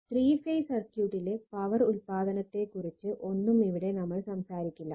three phase സർക്യൂട്ടിലെ power ഉൽപാദനത്തെ കുറിച്ച് ഒന്നും ഇവിടെ നമ്മൾ സംസാരിക്കില്ല